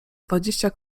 dwadzieścia